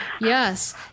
Yes